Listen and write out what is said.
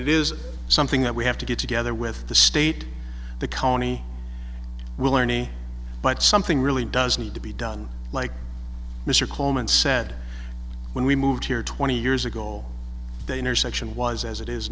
it is something that we have to get together with the state the county we're learning but something really does need to be done like mr coleman said when we moved here twenty years ago they intersection was as it is